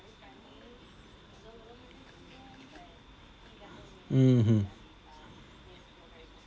mmhmm